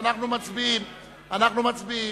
אנחנו מצביעים.